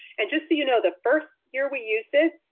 and just so you know, the first year we used it,